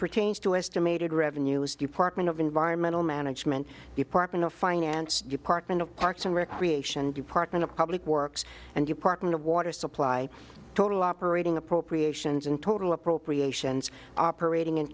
pertains to estimated revenues department of environmental management department of finance department of parks and recreation department of public works and department of water supply total operating appropriations and total appropriations operating in